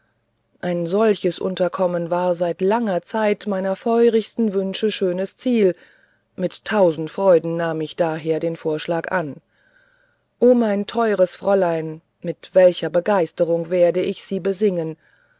ein solches unterkommen war seit langer zeit meiner feurigsten wünsche schönes ziel mit tausend freuden nahm ich daher den vorschlag an o mein teures fräulein mit welcher begeisterung werde ich sie besingen